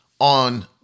on